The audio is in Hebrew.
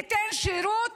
שייתן שירות